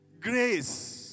grace